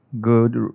good